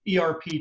ERP